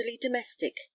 domestic